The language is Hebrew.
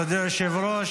מכובדי היושב-ראש,